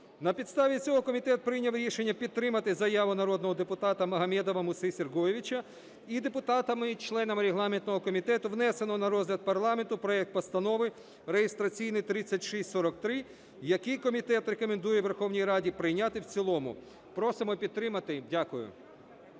На підставі цього комітет прийняв рішення підтримати заяву народного депутата Магометова Муси Сергоєвича і депутатами, членами регламентного комітету, внесений на розгляд парламенту проект Постанови (реєстраційний 3643), який комітет рекомендує Верховній Раді прийняти в цілому. Просимо підтримати. Дякую.